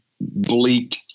bleak